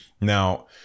Now